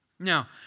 Now